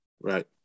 Right